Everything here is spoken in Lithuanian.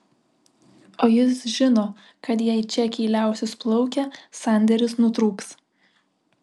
o jis žino kad jei čekiai liausis plaukę sandėris nutrūks